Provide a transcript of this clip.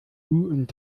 und